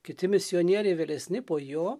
kiti misionieriai vėlesni po jo